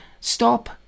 stop